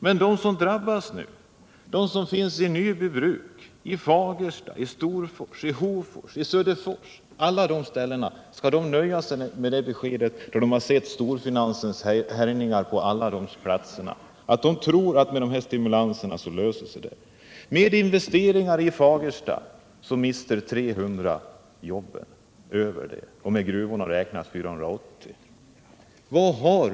Men de som nu drabbas vid Nyby bruk, i Fagersta, i Storfors, i Hofors, i Söderfors, skall alla de nöja sig med det beskedet då de sett storfinansens härjningar på alla dessa platser — skall de tro att allt löser sig med dessa stimulanser? Med investeringar i Fagersta mister 300 sina jobb, med gruvorna räknat 480.